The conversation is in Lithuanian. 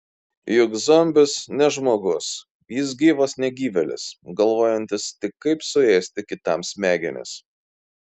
juk zombis ne žmogus jis gyvas negyvėlis galvojantis tik kaip suėsti kitam smegenis